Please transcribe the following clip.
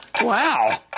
wow